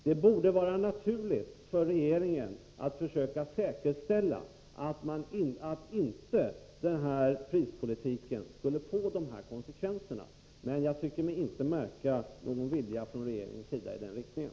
Det borde vara naturligt för regeringen att försöka säkerställa att prispolitiken inte får dessa konsekvenser. Men jag tycker mig inte märka någon vilja från regeringens sida i den riktningen.